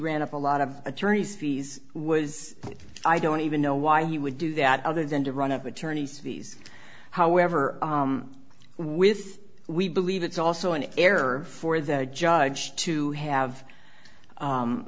ran up a lot of attorney's fees was i don't even know why he would do that other than to run up attorney's fees however with we believe it's also an error for the judge to have